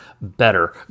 better